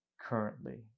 currently